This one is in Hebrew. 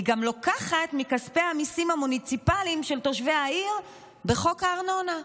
היא גם לוקחת מכספי המיסים המוניציפליים של תושבי העיר בחוק הארנונה.